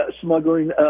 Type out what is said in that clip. smuggling